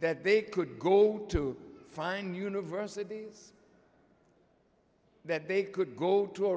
that they could go to find university that they could go to a